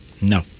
No